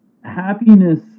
happiness